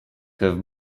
have